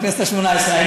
בכנסת השמונה-עשרה.